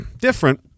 Different